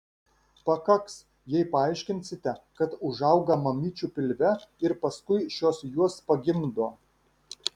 pakaks jei paaiškinsite kad užauga mamyčių pilve ir paskui šios juos pagimdo